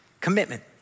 Commitment